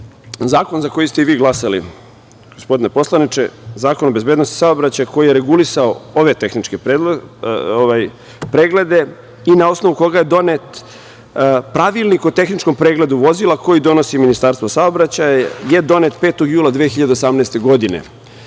zakon za koji ste vi glasali, gospodine poslaniče, Zakon o bezbednosti saobraćaja, koji je regulisao ove tehničke preglede i na osnovu koga je donet Pravilnik o tehničkom pregledu vozila koji donosi Ministarstvo saobraćaja je donet 5. juna 2018. godine.